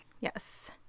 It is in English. Yes